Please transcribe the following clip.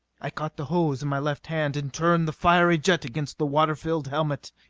i caught the hose in my left hand and turned the fiery jet against the water-filled helmet.